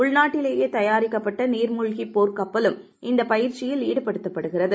உள்நாட்டிலேயே தயாரிக்கப்பட்ட நீர் மூழ்கிப் போர் கப்பலும் இந்தப் பயிற்சியில் ஈடுபடுத்தப்படுகிறது